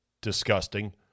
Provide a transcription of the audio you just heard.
disgusting